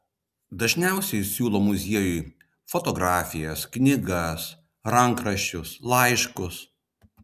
dažniausiai siūlo muziejui fotografijas knygas rankraščius laiškus